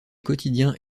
quotidiens